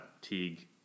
Teague